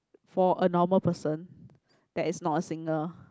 for a normal person that is not a singer